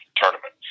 tournament